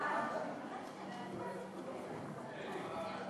חוק הביטוח